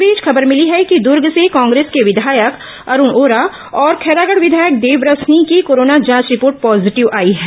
इस बीच खबर मिली है कि दूर्ग से कांग्रेस के विधायक अरूण वोरा और खैरागढ़ विधायक देवव्रत सिंह की कोरोना जांच रिपोर्ट पॉजीटिव आई है